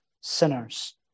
sinners